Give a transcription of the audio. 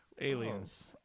Aliens